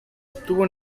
obtuvo